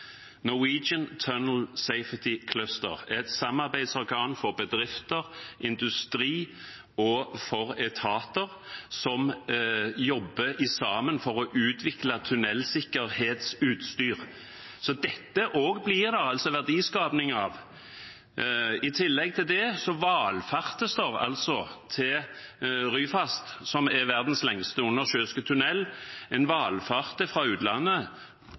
Norwegian Tunnel Safety Cluster. Det er et samarbeidsorgan for bedrifter, industri og for etater som jobber sammen for å utvikle tunnelsikkerhetsutstyr. Så dette blir det også verdiskaping av. I tillegg til det valfartes det altså til Ryfast, som er verdens lengste undersjøiske tunnel. En valfarter fra utlandet